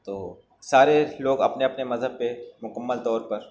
تو سارے لوگ اپنے اپنے مذہب پہ مکمل طور پر